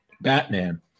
batman